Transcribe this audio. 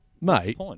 mate